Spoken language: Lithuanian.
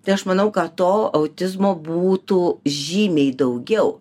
tai aš manau kad to autizmo būtų žymiai daugiau